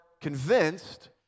convinced